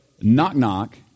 knock-knock